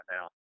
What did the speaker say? now